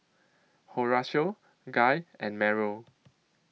Horatio Guy and Meryl